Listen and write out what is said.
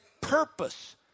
purpose